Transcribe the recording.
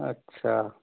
अच्छा